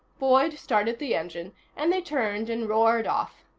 boyd started the engine and they turned and roared off.